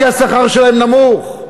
כי השכר שלהם נמוך.